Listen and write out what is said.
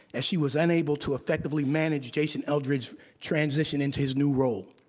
as she was unable to effectively manage jason eldredge's transition into his new role.